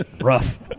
Rough